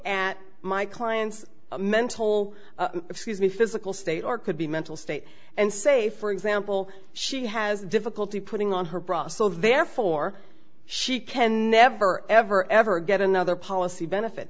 at my client's mental excuse me physical state or could be mental state and say for example she has difficulty putting on her bra so therefore she can never ever ever get another policy benefit